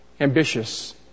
ambitious